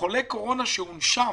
חולה קורונה שהונשם